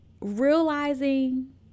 realizing